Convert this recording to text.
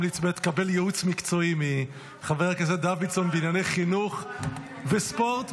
לקבל ייעוץ מקצועי מחבר הכנסת דוידסון בענייני חינוך וספורט,